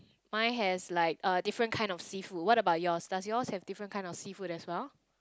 mine has like uh different kind of seafood what about yours does yours have different kind of seafood as well